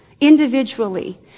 individually